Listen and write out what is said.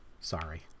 Sorry